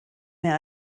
mir